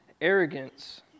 arrogance